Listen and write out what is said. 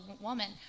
woman